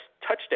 touchdown